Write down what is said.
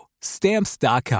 Stamps.com